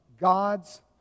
God's